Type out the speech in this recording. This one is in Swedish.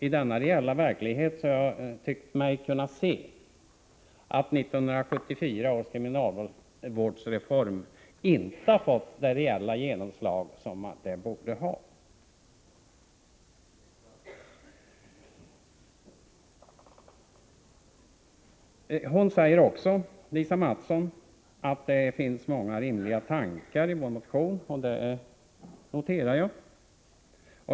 I denna reella verklighet har jag tyckt mig kunna se att 1974 års kriminalvårdsreform inte har fått det reella genomslag den borde ha. Lisa Mattson säger också att det finns många rimliga tankegångar i vår motion, och det noterar jag.